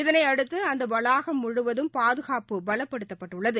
இதனையடுத்துஅந்தவளாகம் முழுவதும் பாதுகாப்பு பலப்படுத்தப்பட்டுள்ளது